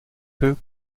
peu